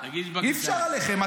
אי-אפשר עליכם.